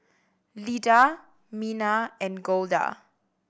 Lida Mina and Golda